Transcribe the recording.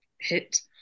hit